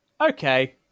Okay